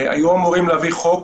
היו אמורים להביא חוק,